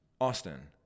Austin